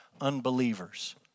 unbelievers